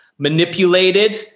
manipulated